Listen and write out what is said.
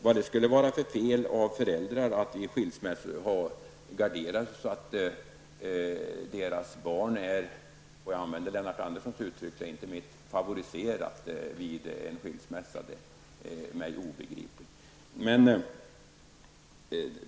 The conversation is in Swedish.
Vad det skulle vara för fel av föräldrarna att gardera att deras barn är -- jag använder Lennart Anderssons uttryck, det är inte mitt -- favoriserat vid en skilsmässa är för mig svårt att förstå.